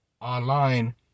online